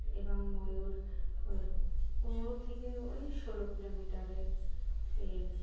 এবং ময়ূর ওর পনেরো থেকে ওই ষোলো কিলোমিটারের এ